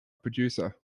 producer